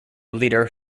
leader